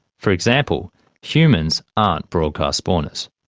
for example humans aren't broadcast spawners.